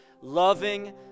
loving